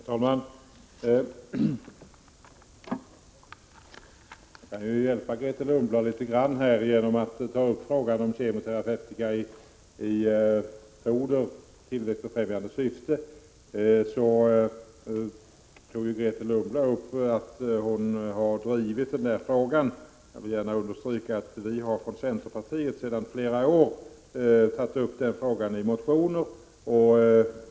Herr talman! Jag kan hjälpa Grethe Lundblad litet genom att ta upp frågan om kemoterapeutika i foder i tillväxtbefrämjande syfte. Grethe Lundblad framhöll att hon har drivit denna fråga. Jag vill understryka att vi från centerpartiet under flera år motionerat i denna fråga.